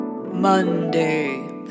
Monday